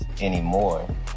anymore